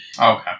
Okay